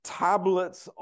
tablets